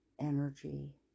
energy